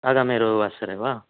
आगामिरविवासरे वा